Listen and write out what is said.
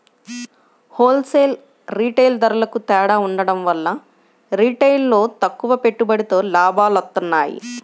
whole sale, retail ధరలకూ తేడా ఉండటం వల్ల రిటైల్లో తక్కువ పెట్టుబడితో లాభాలొత్తన్నాయి